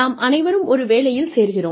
நாம் அனைவரும் ஒரு வேலையில் சேர்கிறோம்